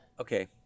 Okay